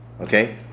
Okay